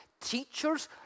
teachers